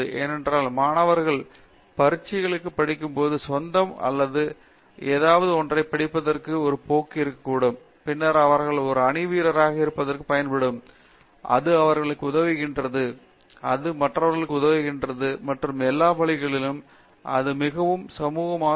ஏனென்றால் மாணவர்கள் பரீட்சைகளைப் படிக்கும்போது சொந்தமாக அல்லது ஏதாவது ஒன்றைப் படிப்பதற்கான ஒரு போக்கு இருக்கக்கூடும் பின்னர் அவர்கள் ஒரு அணி வீரராக இருப்பதற்குப் பயன்படுத்த வேண்டும் அது அவர்களுக்கு உதவுகிறது அது மற்றவருக்கு உதவுகிறது மற்றும் எல்லா வழிகளிலும் இது மிகவும் சுமூகமாக இயங்குகிறது